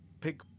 pick